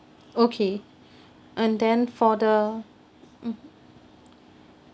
okay and then for the mmhmm